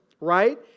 right